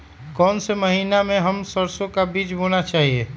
कौन से महीने में हम सरसो का बीज बोना चाहिए?